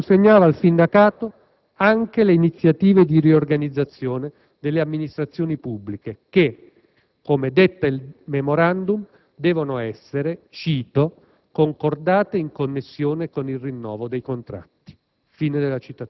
che di fatto consegnava al sindacato anche le iniziative di riorganizzazione delle amministrazioni pubbliche che - come detta il *memorandum* - devono essere «concordate in connessione con il rinnovo dei contratti».